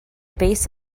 base